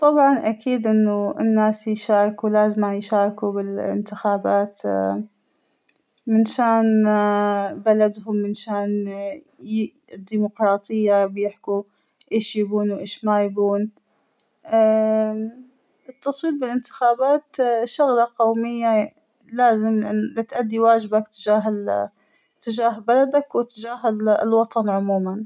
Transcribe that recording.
طبعا أكيد إنه الناس يشاركوا لازمن يشاركوا باإنتخابات ، اا- منشان بلدهم منشان اا- الديمقراطية بيحكوا ايش يبون وايش ما يبون ، التصويت بالإنتخابات شغلة قومية لازم لتادى واجبك تجاه ال تجاه بلدك وتجاة الوطن عموما.